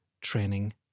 training